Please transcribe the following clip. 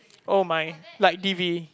oh my like D_V